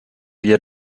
wir